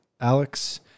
Alex